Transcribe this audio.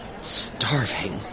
Starving